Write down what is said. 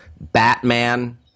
Batman